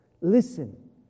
Listen